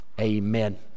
Amen